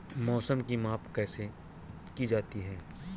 मौसम की माप कैसे की जाती है?